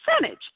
percentage